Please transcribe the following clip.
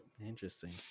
Interesting